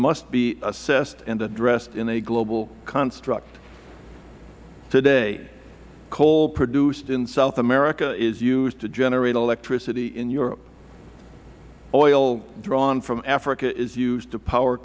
must be assessed and addressed in a global construct today coal produced in south america is used to generate electricity in europe oil drawn from africa is used to power